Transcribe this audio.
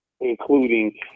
including